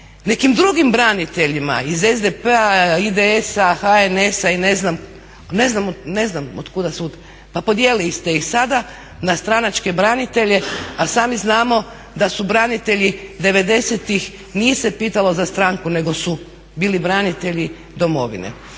nekim drugim braniteljima iz SDP-a, IDS-a, HNS-a i ne znam otkud svud. Pa podijelili ste ih sada na stranačke branitelje, a sami znamo da su branitelji '90.-ih nije ih se pitalo za stranku nego su bili branitelji domovine.